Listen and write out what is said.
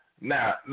now